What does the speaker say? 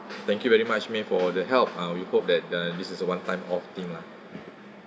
thank you very much I mean for the help uh we hope that uh this is a one time off thing lah